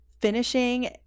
finishing